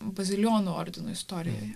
bazilijonų ordino istorijoje